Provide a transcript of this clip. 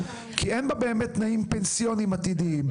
כי אין בה באמת תנאים פנסיוניים עתידיים.